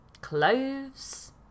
cloves